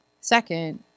Second